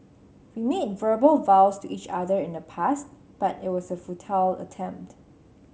we made verbal vows to each other in the past but it was a futile attempt